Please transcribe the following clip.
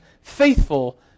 faithful